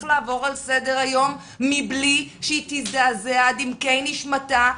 לעבור על סדר היום מבלי שהיא תזדעזע עד עמקי נשמתה,